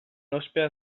ospea